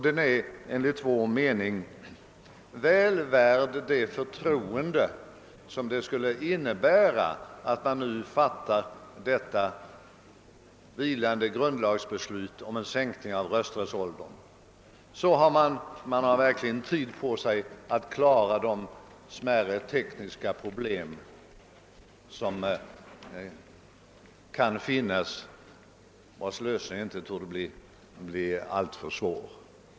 Den är enligt vår mening väl värd det förtroende som det skulle innebära att riksdagen nu fattade ett vilande grundlagsbeslut om en sänkning av rösträttsåldern — sedan har man verkligen tid på sig att klara de tekniska problem och samordningsproblem som kan finnas och vilkas lösning inte torde bli alltför svår.